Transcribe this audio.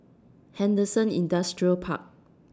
Henderson Industrial Park